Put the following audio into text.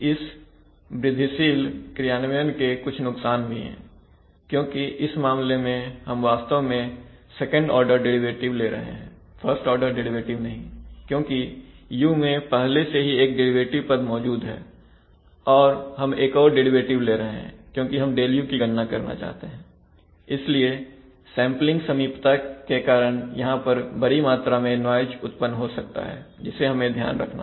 इस वृद्धिशील क्रियान्वयन के कुछ नुकसान भी है क्योंकि इस मामले में हम वास्तव में सेकंड ऑर्डर डेरिवेटिव ले रहे हैं फर्स्ट ऑर्डर डेरिवेटिव नहीं क्योंकि u मैं पहले से ही एक डेरिवेटिव पद मौजूद है और हम एक और डेरिवेटिव ले रहे हैं क्योंकि हम Δu की गणना करना चाहते हैं इसलिए सेंपलिंग समीपता के कारण यहां पर बड़ी मात्रा में नाइज उत्पन्न हो सकता है जिसका हमें ध्यान रखना होगा